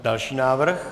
Další návrh.